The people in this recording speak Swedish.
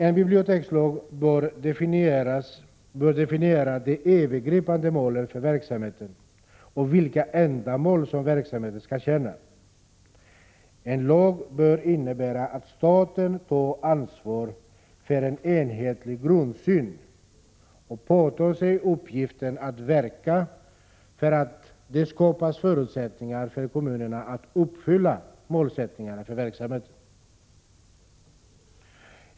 En bibliotekslag bör definiera de övergripande målen för verksamheten och vilka ändamål som verksamheten skall tjäna. En lag bör innebära att staten tar ansvar för en enhetlig grundsyn och påtar sig uppgiften att verka för att det skapas förutsättningar för kommunerna att uppfylla målsättningarna för verksamheten.